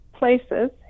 places